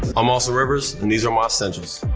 i'm austin rivers, and these are my essentials.